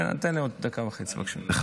תן לי עוד דקה וחצי, בבקשה.